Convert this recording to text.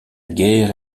guerre